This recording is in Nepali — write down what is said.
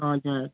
हजुर